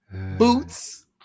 Boots